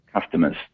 customers